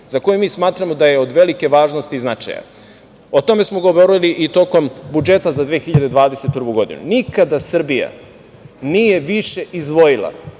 za koji mi smatramo da je od velike važnosti i značaja, o tome smo govorili i tokom budžeta za 2021. godinu, nikada Srbija nije više izdvojila